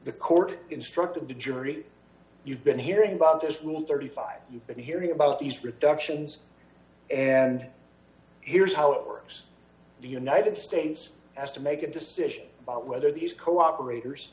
the court instructed the jury you've been hearing about this rule thirty five you've been hearing about these protections and here's how it works the united states has to make a decision about whether these cooperat